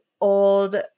old